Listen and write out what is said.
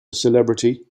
celebrity